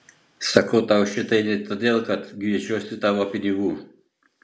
sakau tau šitai ne todėl kad gviešiuosi tavo pinigų